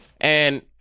And-